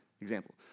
example